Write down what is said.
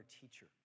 teacher